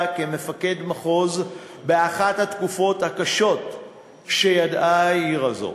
כמפקד מחוז באחת התקופות הקשות שידעה העיר הזו.